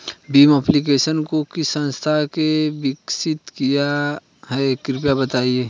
Bhim application को किस संस्था ने विकसित किया है कृपया बताइए?